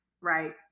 right